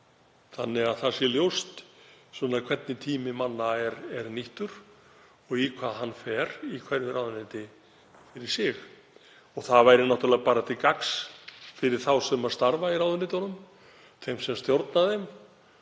þannig að það sé ljóst hvernig tími manna er nýttur og í hvað hann fer í hverju ráðuneyti fyrir sig. Það væri náttúrlega bara til gagns fyrir þá sem starfa í ráðuneytunum, þeim sem stjórna þeim